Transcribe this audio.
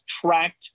tracked